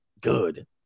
Good